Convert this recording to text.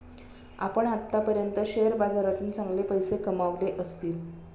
आपण आत्तापर्यंत शेअर बाजारातून चांगले पैसे कमावले असतील